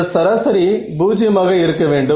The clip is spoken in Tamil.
இந்த சராசரி பூஜ்ஜியமாக இருக்க வேண்டும்